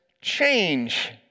change